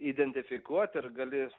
identifikuot ir gali